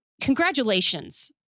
congratulations